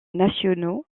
nationaux